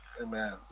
amen